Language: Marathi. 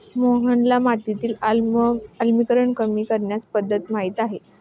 मोहनला मातीतील आम्लीकरण कमी करण्याची पध्दत माहित आहे